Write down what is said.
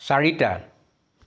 চাৰিটা